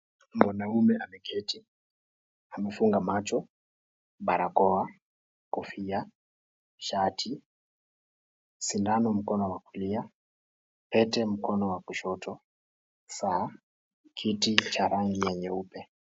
Mwanaume ameketi, amefunga macho, barakoa, kofia, shati, sindano mkono wa kulia, pete mkono wa kushoto, saa, kiti cha rangi ya nyeupe.